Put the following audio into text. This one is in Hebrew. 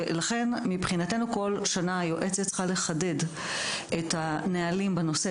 ולכן מבחינתנו כל שנה היועצת צריכה לחדד את הנהלים בנושא.